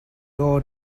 owed